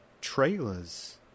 trailers